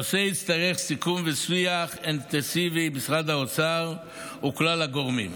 הנושא יצטרך סיכום ושיח אינטנסיבי עם משרד האוצר וכלל הגורמים.